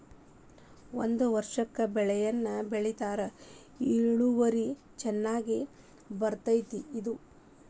ಒಂದ ವರ್ಷಕ್ಕ ಒಂದ ಬೆಳೆಯನ್ನಾ ಬೆಳಿತಾರ ಇಳುವರಿ ಚನ್ನಾಗಿ ಬರ್ತೈತಿ ಇದು